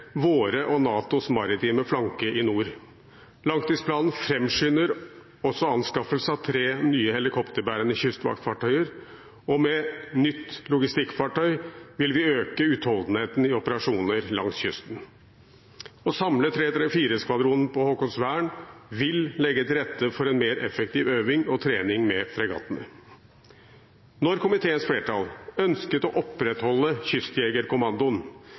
våre og NATOs maritime flanker i nord. Langtidsplanen framskynder også anskaffelse av tre nye helikopterbærende kystvaktfartøyer, og med nytt logistikkfartøy vil vi øke utholdenheten i operasjoner langs kysten. Å samle 334-skvadronen på Haakonsvern vil legge til rette for en mer effektiv øving og trening med fregattene. Når komiteens flertall ønsket å opprettholde Kystjegerkommandoen